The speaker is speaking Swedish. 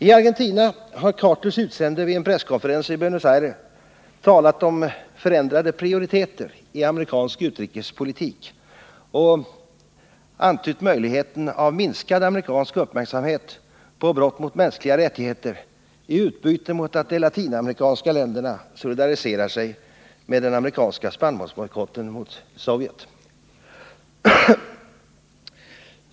I Argentina har Carters utsände vid en presskonferens i Buenos Aires talat om förändrade prioriteter i amerikansk utrikespolitik och antytt möjligheten av minskad amerikansk uppmärksamhet på brott mot mänskliga rättigheter i utbyte mot att de latinamerikanska länderna solidariserar sig med den amerikanska spannmålsbojkotten mot Sovjet.